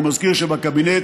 אני מזכיר שבקבינט